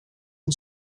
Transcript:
and